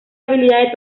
habilidad